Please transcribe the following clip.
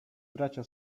bracia